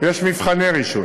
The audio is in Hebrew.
ויש מבחני רישוי.